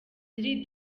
z’iri